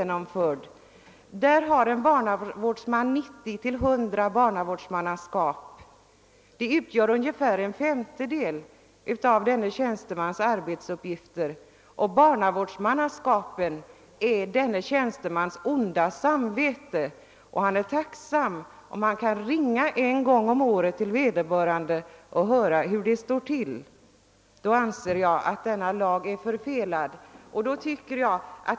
Där har en barnavårdsman 90—100 = barnavårdsmannaskap. Dessa utgör ungefär en femtedel av tjänstemannens arbetsuppgifter. Barnavårdsmannaskapen är denne tjänstemans >onda samvete>, och han är tacksam om han kan ringa upp vederbörande förälder någon gång under året och höra sig för om hur det står till. Mot denna bakgrund anser jag lagen vara förfelad.